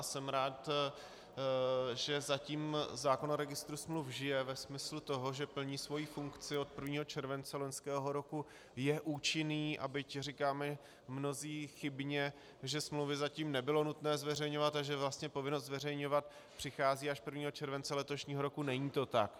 Jsem rád, že zatím zákon o registru smluv žije ve smyslu toho, že plní svoji funkci, od 1. července loňského roku je účinný, a byť říkáme mnozí chybně, že smlouvy zatím nebylo nutné zveřejňovat a že vlastně povinnost zveřejňovat přichází až 1. července letošního roku, není to tak.